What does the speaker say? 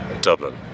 Dublin